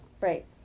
Right